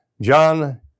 John